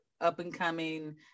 up-and-coming